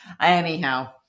Anyhow